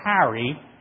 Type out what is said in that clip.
Harry